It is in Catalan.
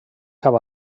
cap